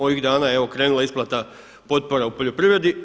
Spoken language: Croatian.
Ovih dana evo krenula je isplata potpora u poljoprivredi.